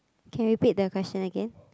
can repeat the question again